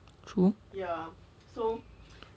so